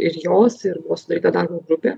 ir jos ir buvo sudaryta darbo grupė